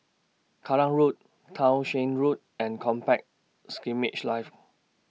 Kallang Road Townshend Road and Combat Skirmish Live